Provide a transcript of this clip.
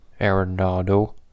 Arenado